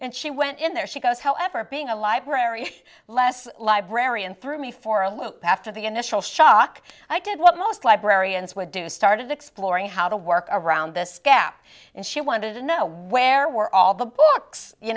and she went in there she goes however being a library less librarian through me for a loop after the initial shock i did what most librarians would do started exploring how to work around this gap and she wanted to know where were all the books you